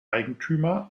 eigentümer